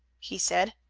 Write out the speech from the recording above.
he said.